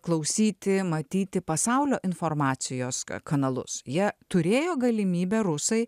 klausyti matyti pasaulio informacijos kanalus jie turėjo galimybę rusai